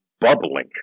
bubbling